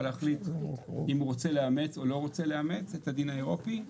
להחליט אם הוא רוצה לאמץ את הדין האירופי או לא.